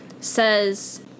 says